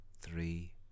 three